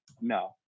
no